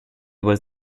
was